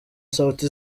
sauti